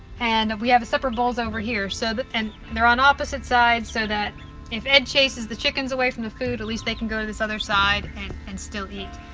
and we have separate bowls over here so that and and they're on opposite sides so that if ed chases the chickens away from the food at least they can go to this other side and and still eat.